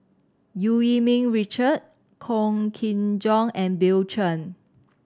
Eu Yee Ming Richard Wong Kin Jong and Bill Chen